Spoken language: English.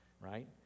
right